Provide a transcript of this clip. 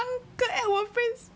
add 我 Facebook